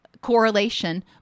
correlation